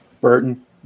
Burton